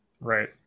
Right